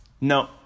No